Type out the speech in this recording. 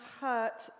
hurt